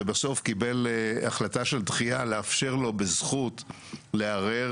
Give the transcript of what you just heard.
ובסוף קיבל החלטה של דחייה לאפשר לו בזכות לערר,